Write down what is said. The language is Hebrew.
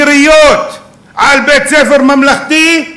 יריות על בית-ספר ממלכתי.